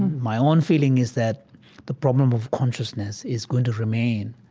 my own feeling is that the problem of consciousness is going to remain.